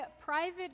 private